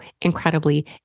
incredibly